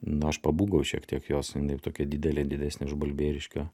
nu aš pabūgau šiek tiek jos jinai tokia didelė didesnė už balbieriškio